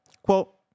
Quote